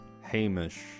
Hamish